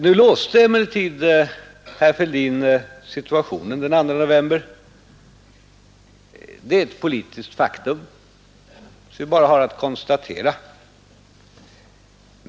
Nu låste emellertid herr Fälldin situationen den 2 november — det är ett politiskt faktum som vi bara har att konstatera.